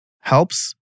helps